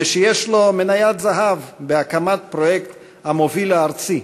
ושיש לו "מניית זהב" בהקמת המוביל הארצי,